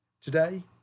Today